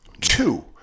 Two